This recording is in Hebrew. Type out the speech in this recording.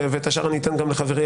ובשאר אני אתן גם לחברי,